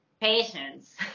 Patience